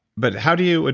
but how do you, ah